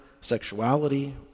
sexuality